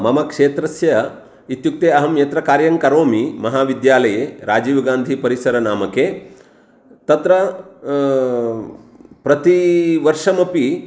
मम क्षेत्रस्य इत्युक्ते अहं यत्र कार्यं करोमि महाविद्यालये राजीव् गान्धीपरिसरनामके तत्र प्रतिवर्षमपि